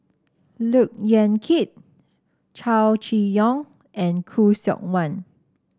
Look Yan Kit Chow Chee Yong and Khoo Seok Wan